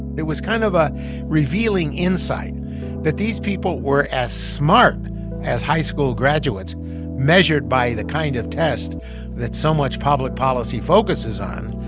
it was kind of a revealing insight that these people were as smart as high school graduates measured by the kind of test that so much public policy focuses on.